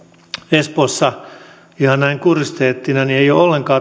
espoossa ihan näin kuriositeettina ei ole ollenkaan